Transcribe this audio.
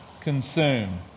consume